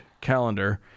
calendar